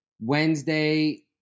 Wednesday